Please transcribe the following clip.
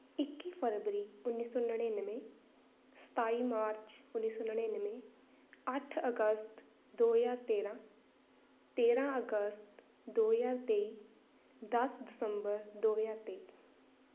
ਇੱਕੀ ਫਰਵਰੀ ਉੱਨੀ ਸੌ ਨੜਿਨਵੇਂ ਸਤਾਈ ਮਾਰਚ ਉੱਨੀ ਸੌ ਨੜਿਨਵੇਂ ਅੱਠ ਅਗਸਤ ਦੋ ਹਜ਼ਾਰ ਤੇਰ੍ਹਾਂ ਤੇਰ੍ਹਾਂ ਅਗਸਤ ਦੋ ਹਜ਼ਾਰ ਤੇਈ ਦਸ ਦਸੰਬਰ ਦੋ ਹਜ਼ਾਰ ਤੇਈ